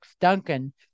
Duncan